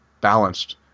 balanced